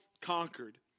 conquered